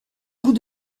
bout